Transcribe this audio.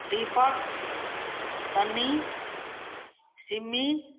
Deepak Sunny Simmi